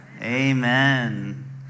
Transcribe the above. Amen